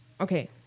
Okay